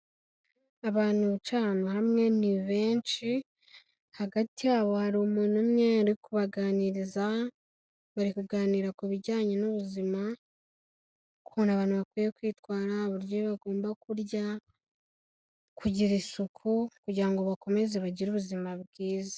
Abantu bicarana hamwe ni benshi, hagati yabo hari umuntu umwe uri kubaganiriza, bari kuganira ku bijyanye n'ubuzima, ukuntu abantu bakwiye kwitwara, uburyo bagomba kurya, kugira isuku kugira ngo bakomeze bagire ubuzima bwiza.